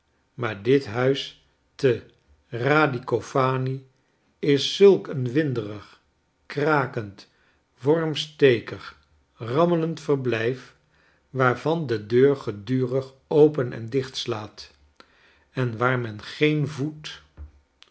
maar dit huis te radicofani is zulk een winderig krakend wormstekig rammelend verblijf waarvan de deur gedurig open en dichtslaat en waar men geen voet